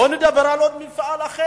בואו נדבר על עוד מפעל אחר,